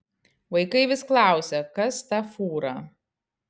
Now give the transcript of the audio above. vaikai vis klausia kas ta fūra